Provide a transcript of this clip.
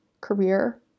career